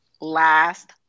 last